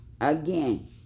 Again